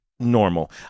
Normal